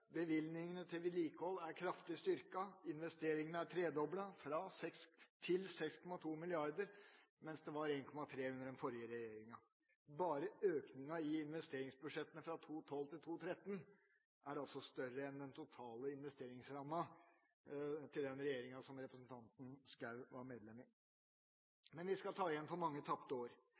bevilgningene til vedlikehold kraftig styrket. Investeringene er tredoblet til 6,2 mrd. kr, mens det var 1,3 mrd. kr under den forrige regjeringa. Bare økningen i investeringsbudsjettene fra 2012 til 2013 er altså større enn den totale investeringsrammen til den regjeringa som representanten Schou var medlem i. Men vi skal ta igjen for mange tapte år.